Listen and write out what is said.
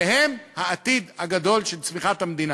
שהם העתיד הגדול של צמיחת המדינה,